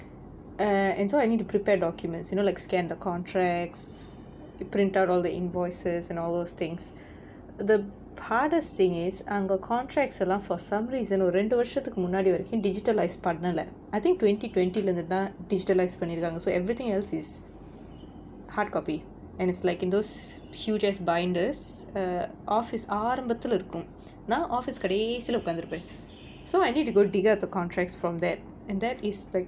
err and so I need to prepare documents you know like scan the contracts print out all the invoices and all those things the hardest thing is அங்க:anga contracts எல்லாம்:ellaam for some reason ஒரு ரெண்டு வருஷத்துக்கு முன்னாடி வரைக்கும்:oru rendu varushathukku munnaadi varaikkum digitalised பண்ணல:pannala I think twenty twenty leh இருந்துதான்:irunthuthaan digitalised பண்ணி இருக்காங்க:panni irukkaanga so everything else is hardcopy and it's like in those huge ass binders err office ஆரம்பத்துல இருக்கும் நான்:aarambathula irukkum naan office கடைசில ஒக்காந்து இருப்பேன்:kadaisila okkaanthu iruppaen so I need to go dig out the contracts from that and that is like